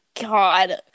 god